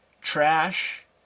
trash